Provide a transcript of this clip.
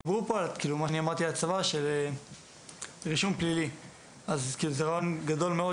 לגבי רישום פלילי בצבא,